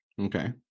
Okay